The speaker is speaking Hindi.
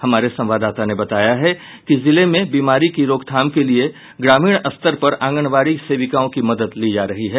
हमारे संवाददाता ने बताया है कि जिले में बीमारी की रोकथाम के लिए गांव स्तर पर आंगनबाड़ी सेविकाओं की मदद ली जा रही है